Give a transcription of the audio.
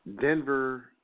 Denver